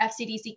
FCDC